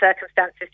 circumstances